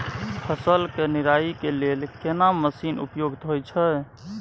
फसल के निराई के लेल केना मसीन उपयुक्त होयत छै?